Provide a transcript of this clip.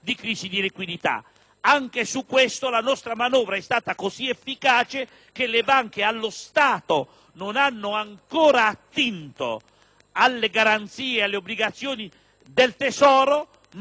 Anche su questo la nostra manovra è stata così efficace che le banche, allo stato, non hanno ancora attinto alle garanzie, alle obbligazioni del Tesoro, ma quella